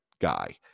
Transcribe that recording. guy